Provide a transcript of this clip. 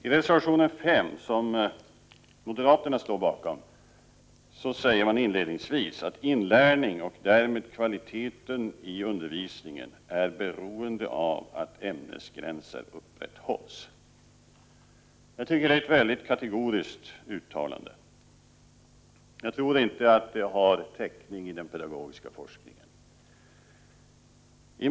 I reservation 5, som moderaterna står bakom, säger man inledningsvis: ”Inlärning och därmed kvaliteten i undervisningen är beroende av att ämnesgränser upprätthålls.” Jag tycker att det är ett väldigt kategoriskt uttalande, och jag tror inte att det har täckning i den pedagogiska forskningen.